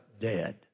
dead